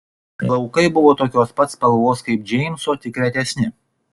plaukai buvo tokios pat spalvos kaip džeimso tik retesni